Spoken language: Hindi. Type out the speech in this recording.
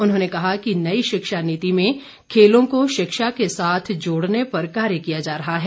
उन्होंने कहा कि नई शिक्षा नीति में खेलों को शिक्षा के साथ जोड़ने पर कार्य किया जा रहा है